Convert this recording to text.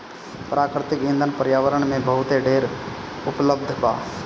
प्राकृतिक ईंधन पर्यावरण में बहुत ढेर उपलब्ध बा